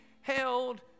held